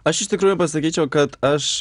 aš iš tikrųjų pasakyčiau kad aš